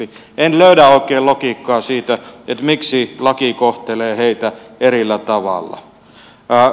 en löydä oikein logiikkaa siitä miksi laki kohtelee heitä eri tavalla